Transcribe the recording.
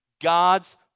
God's